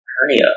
hernia